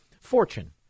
fortune